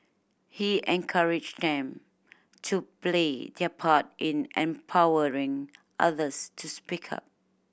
he encouraged them to play their part in empowering others to speak up